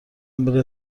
بره